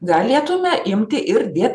galėtume imti ir dėt